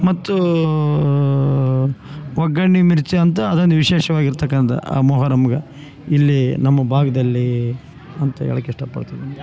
ಮತ್ತು ಒಗ್ಗರಣೆ ಮಿರ್ಚಿ ಅಂತ ಅದೊಂದು ವಿಶೇಷವಾಗಿರ್ತಕ್ಕಂಥ ಆ ಮೋಹರಮ್ಗ ಇಲ್ಲಿ ನಮ್ಮ ಭಾಗ್ದಲ್ಲೀ ಅಂತೇಳಕ್ಕೆ ಇಷ್ಟ ಪಡ್ತಿದ್ದೀನಿ